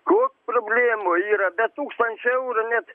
ot problemų yra be tūkstančio eurų net